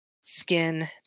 skin